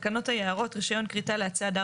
תקנות היערות (רישיון כריתה לעצי הדר